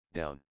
down